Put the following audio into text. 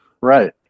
right